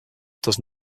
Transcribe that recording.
does